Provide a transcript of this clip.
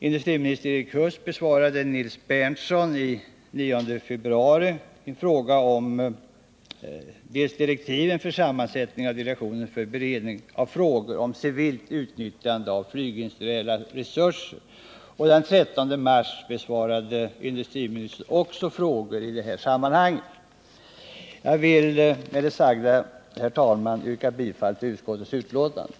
Industriminister Erik Huss besvarade den 6 februari en fråga från Nils Berndtson om direktiven för en delegation för beredning av frågor om civilt utnyttjande av flygindustriella resurser, och den 13 mars besvarade industriministern också frågor i det här sammanhanget. Jag vill med det sagda, herr talman, yrka bifall till utskottets hemställan.